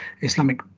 Islamic